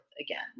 again